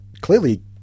clearly